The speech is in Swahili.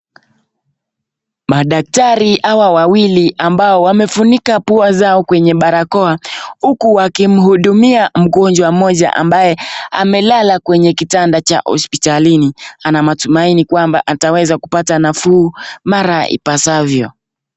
Madaktari hawa wawili ambao wamefunika pua zao kwenye barakoa huku wakimhudumia mgonjwa mmoja ambaye amelala kwenye kitanda cha hospitalini. Ana matumaini kwamba ataweza kupata nafuu mara ipasavyo.